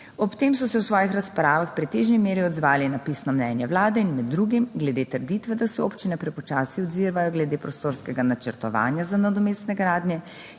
Ob tem so se v svojih razpravah v pretežni meri odzvali na pisno mnenje Vlade in med drugim glede trditve, da se občine prepočasi odzivajo glede prostorskega načrtovanja za nadomestne gradnje,